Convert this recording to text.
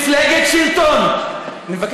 כמפלגת שלטון, אף אחד לא השתלח.